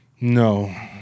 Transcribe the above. No